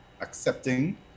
accepting